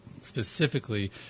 Specifically